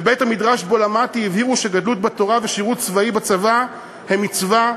בבית-המדרש שבו למדתי הבהירו שגדלות בתורה ושירות בצבא הם מצווה,